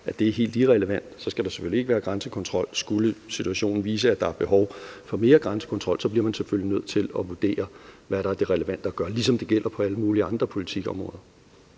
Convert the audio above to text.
at det er helt irrelevant, skal der selvfølgelig ikke være grænsekontrol. Skulle situationen vise, at der er behov for mere grænsekontrol, bliver man selvfølgelig nødt til at vurdere, hvad der er det relevante at gøre – ligesom det er gældende for alle mulige andre politikområder.